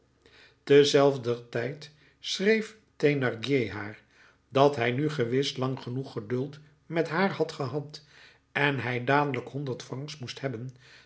terzelfder tijd schreef thénardier haar dat hij nu gewis lang genoeg geduld met haar had gehad en hij dadelijk honderd francs moest hebben